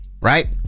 right